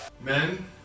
Men